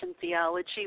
theology